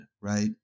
right